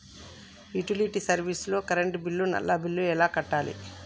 Utility service లో current bill, నల్లా bill ఎలా కట్టాలి?